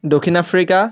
Dakshin Africa